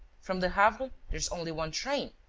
from the havre, there's only one train,